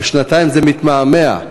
ושנתיים זה מתמהמה.